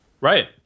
Right